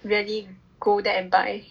really go there and buy